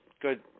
good